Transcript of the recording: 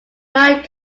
not